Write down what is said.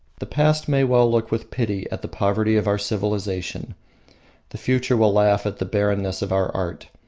the past may well look with pity at the poverty of our civilisation the future will laugh at the barrenness of our art.